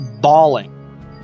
bawling